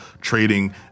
trading